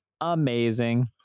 amazing